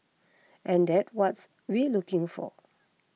and that's what we looking for